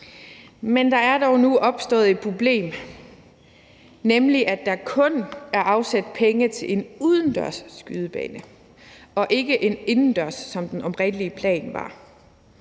men der er dog nu opstået et problem, nemlig at der kun er afsat penge til en udendørs skydebane og ikke en indendørs, som den oprindelige plan var.